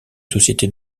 société